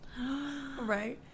Right